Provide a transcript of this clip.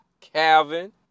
Calvin